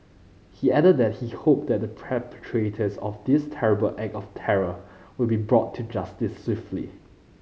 he added that he hoped that the perpetrators of this terrible act of terror will be brought to justice swiftly